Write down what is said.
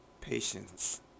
patience